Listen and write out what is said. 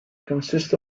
consists